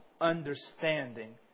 understanding